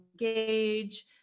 engage